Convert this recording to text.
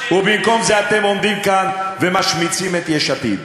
ובמקום זה, אתם עומדים כאן ומשמיצים את יש עתיד.